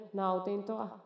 nautintoa